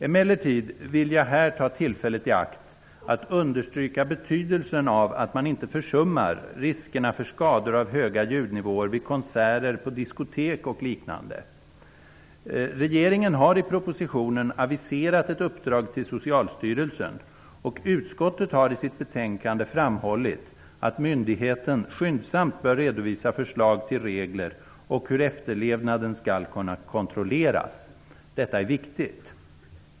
Emellertid vill jag här ta tillfället i akt att understryka betydelsen av att man inte försummar riskerna för skador av höga ljudnivåer vid konserter, på diskotek och liknande. Regeringen har i propositionen aviserat ett uppdrag till Socialstyrelsen, och utskottet har i sitt betänkande framhållit att myndigheten skyndsamt bör redovisa förslag till regler och hur efterlevnaden skall kunna kontrolleras. Detta är viktigt.